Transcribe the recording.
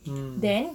mm